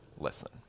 listen